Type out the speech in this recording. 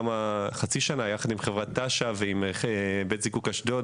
כחצי שנה יחד עם חברת תש"ן ובית הזיקוק אשדוד,